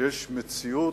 שיש מציאות,